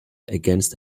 against